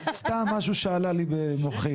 סתם משהו שעלה לי במוחי.